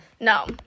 No